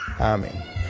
amen